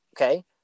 okay